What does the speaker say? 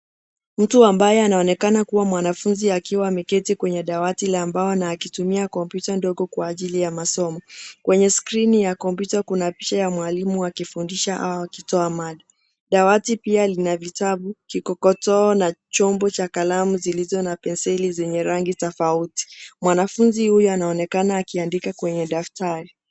Mtu ambaye anaonekana kuwa mwanafunzi akiwa ameketi kwenye dawati la mbao na akitumia kompyuta ndogo kwa ajili ya masomo. Kwenye skrini ya kompyuta kuna picha ya mwalimu akifundisha au akitoa mada. Dawati pia lina vitabu, kikokotoo na chombo cha kalamu zilizo na penseli zenye rangi tofauti. Mwanafunzi huyu anaonekana akiandika kwenye daftari.